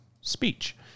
speech